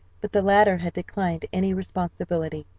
but the latter had declined any responsibility.